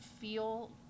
feel